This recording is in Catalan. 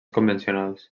convencionals